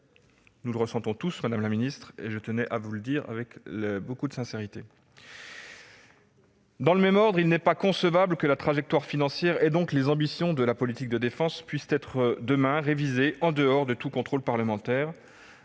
Nous le ressentons tous, madame la ministre, je tenais à vous le dire avec la plus grande sincérité. Il n'est pas concevable que la trajectoire financière et, donc, les ambitions de la politique de défense puissent être demain révisées en dehors de tout contrôle parlementaire.